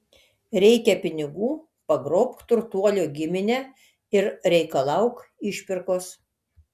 reikia pinigų pagrobk turtuolio giminę ir reikalauk išpirkos